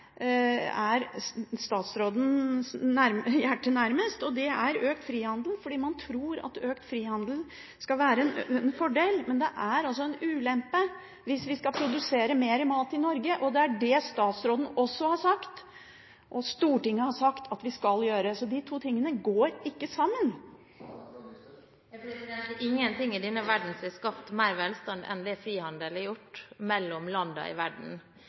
økt frihandel. Man tror at økt frihandel skal være en fordel, men det er en ulempe hvis vi skal produsere mer mat i Norge, og det er det både statsråden og Stortinget har sagt at vi skal gjøre. De to tingene går ikke sammen. Det er ingenting i denne verden som har skapt mer velstand enn frihandel mellom landene i verden. På landbruksområdet er det lite frihandel, men også der vil det skje en utvikling som vi må tilpasse oss. Det er